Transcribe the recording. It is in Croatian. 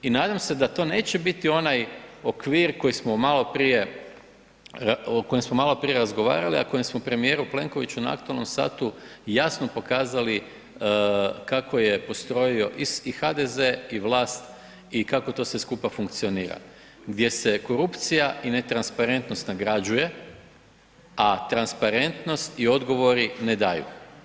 I nadam se da to neće biti onaj okvir koji smo maloprije o kojem smo maloprije razgovarali, a kojem smo premijeru Plenkoviću na aktualnom satu jasno pokazali kako je postroji i HDZ i vlast i kako to sve skupa funkcionira, gdje se korupcija i netransparentnost nagrađuje, a transparentnost i odgovori ne daju.